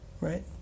Right